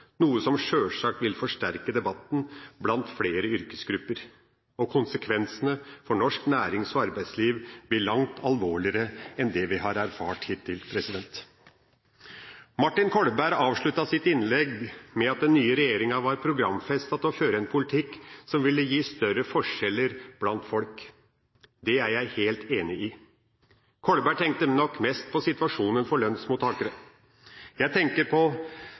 noe som sjølsagt vil forsterke debatten blant flere yrkesgrupper, og konsekvensene for norsk nærings- og arbeidsliv blir langt mer alvorlig enn det vi har erfart hittil. Martin Kolberg avsluttet sitt innlegg med å si at den nye regjeringa hadde programfestet å føre en politikk som ville gi større forskjeller blant folk. Det er jeg helt enig i. Kolberg tenkte nok mest på situasjonen for lønnsmottakere. Jeg tenker på